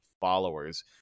followers